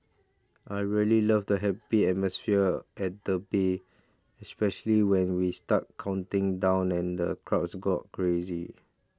I really love the happy atmosphere at the bay especially when we start counting down and the crowds go crazy